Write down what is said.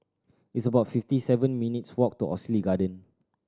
it's about fifty seven minutes' walk to Oxley Garden